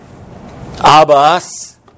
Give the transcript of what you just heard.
Abbas